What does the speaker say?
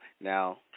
Now